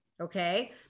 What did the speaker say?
Okay